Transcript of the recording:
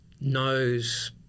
knows